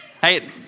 Hey